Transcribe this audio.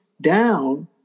down